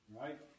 right